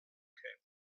came